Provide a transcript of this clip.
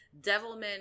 Devilman